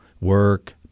work